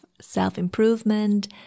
self-improvement